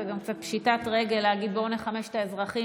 זאת גם קצת פשיטת רגל להגיד: בואו נחמש את האזרחים,